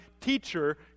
teacher